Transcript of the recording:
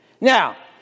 Now